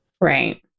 Right